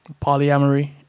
polyamory